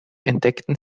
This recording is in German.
entdeckten